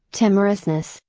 timorousness,